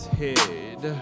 head